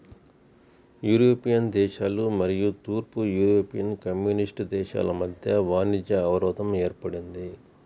European దేశాలు మరియు తూర్పు యూరోపియన్ కమ్యూనిస్ట్ దేశాల మధ్య వాణిజ్య అవరోధం ఏర్పడింది